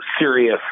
serious